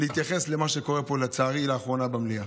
להתייחס למה שקורה פה, לצערי, לאחרונה במליאה.